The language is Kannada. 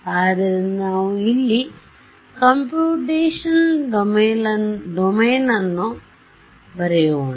ಆದ್ದರಿಂದ ನಾವು ಇಲ್ಲಿ ಕಂಪ್ಯೂಟೇಶನಲ್ ಡೊಮೇನ್ ಅನ್ನು ಬರೆಯೋಣ